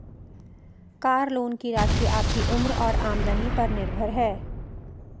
car loan की राशि आपकी उम्र और आमदनी पर निर्भर है